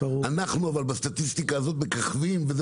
אנחנו אבל בסטטיסטיקה הזאת מככבים וזה